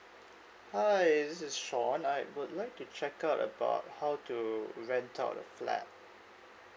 hi this is sean I would like to check out about how to rent out a flat